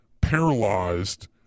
paralyzed